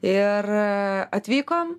ir atvykom